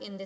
in th